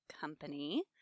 Company